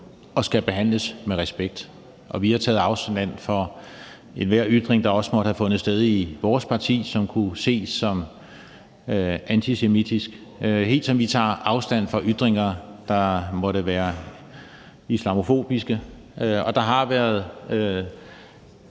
og skal behandles med respekt. Vi har taget afstand fra enhver ytring, der også måtte have fundet sted i vores parti, og som kunne ses som antisemitisk, helt som vi tager afstand fra ytringer, der måtte være islamofobiske. Der har været